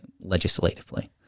legislatively